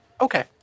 Okay